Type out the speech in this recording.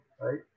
right